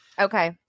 Okay